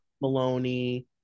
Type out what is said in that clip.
Maloney